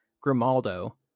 Grimaldo